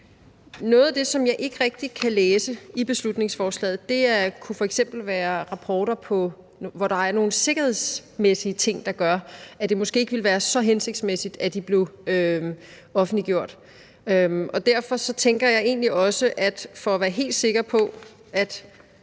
Noget af det, som jeg ikke rigtig kan læse af beslutningsforslaget, kunne f.eks. være om rapporter, hvor der er nogle sikkerhedsmæssige ting, der gør, at det måske ikke vil være så hensigtsmæssigt, at de blev offentliggjort. Derfor tænker jeg egentlig også, at vi for at være helt sikre på, at